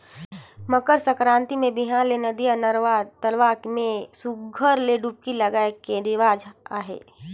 मकर संकरांति मे बिहान ले नदिया, नरूवा, तलवा के में सुग्घर ले डुबकी लगाए के रिवाज अहे